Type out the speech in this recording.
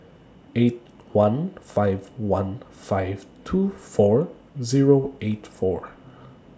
eight one five one five two four Zero eight four